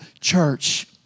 church